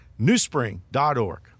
newspring.org